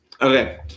okay